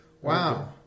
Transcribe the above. Wow